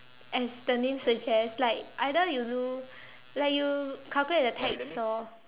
as the name suggests like either you do like you calculate the tax or